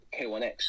K1X